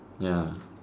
ya